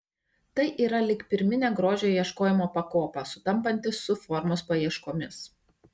tai yra lyg pirminė grožio ieškojimo pakopa sutampanti su formos paieškomis